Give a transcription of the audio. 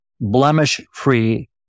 blemish-free